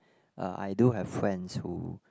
uh I do have friends who